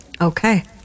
Okay